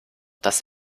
das